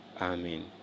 Amen